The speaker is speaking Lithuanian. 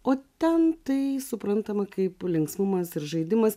o ten tai suprantama kaip linksmumas ir žaidimas